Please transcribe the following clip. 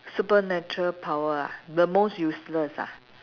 supernatural power ah the most useless ah